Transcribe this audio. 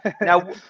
Now